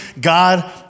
God